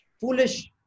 foolish